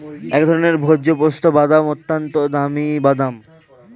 এক ধরনের ভোজ্য পেস্তা বাদাম, অত্যন্ত দামি বাদাম